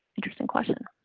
interesting question.